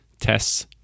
tests